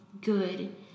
good